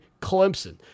Clemson